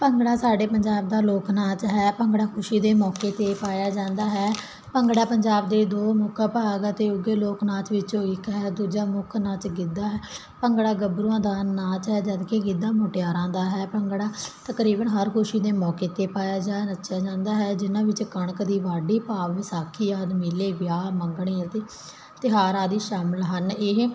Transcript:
ਭੰਗੜਾ ਸਾਡੇ ਪੰਜਾਬ ਦਾ ਲੋਕ ਨਾਚ ਹੈ ਭੰਗੜਾ ਖੁਸ਼ੀ ਦੇ ਮੌਕੇ 'ਤੇ ਪਾਇਆ ਜਾਂਦਾ ਹੈ ਭੰਗੜਾ ਪੰਜਾਬ ਦੇ ਦੋ ਮੁੱਖ ਭਾਗ ਅਤੇ ਉੱਘੇ ਲੋਕ ਨਾਚ ਵਿੱਚੋਂ ਇੱਕ ਹੈ ਦੂਜਾ ਮੁੱਖ ਨਾਚ ਗਿੱਧਾ ਹੈ ਭੰਗੜਾ ਗੱਭਰੂਆਂ ਦਾ ਨਾਚ ਹੈ ਜਦਕਿ ਗਿੱਧਾ ਮੁਟਿਆਰਾਂ ਦਾ ਹੈ ਭੰਗੜਾ ਤਕਰੀਬਨ ਹਰ ਖੁਸ਼ੀ ਦੇ ਮੌਕੇ 'ਤੇ ਪਾਇਆ ਜਾਂ ਨੱਚਿਆ ਜਾਂਦਾ ਹੈ ਜਿਹਨਾਂ ਵਿੱਚ ਕਣਕ ਦੀ ਵਾਢੀ ਭਾਵ ਵਿਸਾਖੀ ਆਦਿ ਮੇਲੇ ਵਿਆਹ ਮੰਗਣੇ ਅਤੇ ਤਿਉਹਾਰ ਆਦਿ ਸ਼ਾਮਿਲ ਹਨ ਇਹ